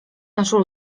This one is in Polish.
naszą